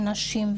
נשים",